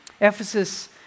Ephesus